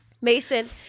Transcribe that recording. Mason